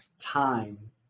time